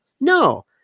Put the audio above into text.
No